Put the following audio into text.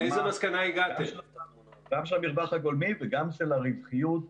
גם של המרווח הגולמי וגם של הרווחיות.